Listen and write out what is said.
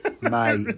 Mate